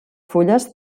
fulles